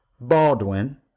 Baldwin